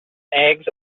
eggs